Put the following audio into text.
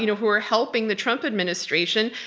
you know who are helping the trump administration,